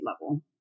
level